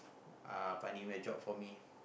uh finding a job for me